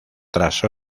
tras